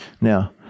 Now